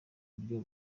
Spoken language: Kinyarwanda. buryo